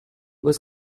was